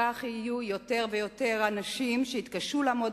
כך יהיו יותר ויותר אנשים שיתקשו לעמוד